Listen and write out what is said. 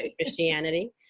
Christianity